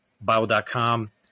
bible.com